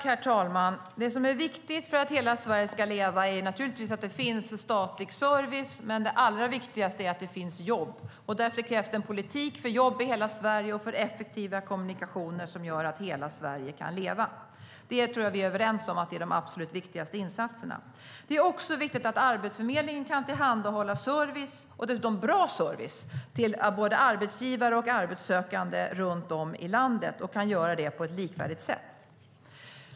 Herr talman! Det som är viktigt för att hela Sverige ska leva är naturligtvis att det finns en statlig service. Men det allra viktigaste är att det finns jobb. Därför krävs det en politik för jobb i hela Sverige och för effektiva kommunikationer som gör att hela Sverige kan leva. Det tror jag vi är överens om är de absolut viktigaste insatserna. Det är också viktigt att Arbetsförmedlingen kan tillhandahålla service, och dessutom bra service, till både arbetsgivare och arbetssökande runt om i landet och kan göra det på ett likvärdigt sätt.